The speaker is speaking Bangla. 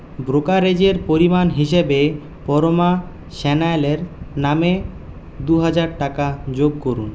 ব্রোকারেজের পরিমাণ হিসেবে পরমা সান্যাল এর নামে দু হাজার টাকা যোগ করুন